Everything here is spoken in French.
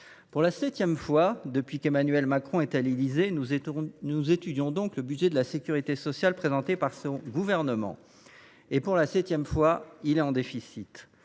pour la septième fois depuis qu’Emmanuel Macron est à l’Élysée, nous étudions le budget de la sécurité sociale présenté par son gouvernement. Pour la septième fois, il est en déficit.